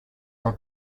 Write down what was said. they